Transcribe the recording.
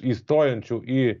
įstojančių į